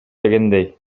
дегендей